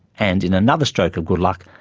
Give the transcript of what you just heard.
and, in another stroke of good luck,